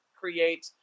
create